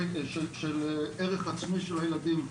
של ערך עצמי של הילדים,